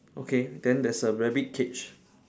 okay then there's a rabbit cage